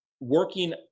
working